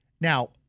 Now